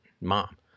Mom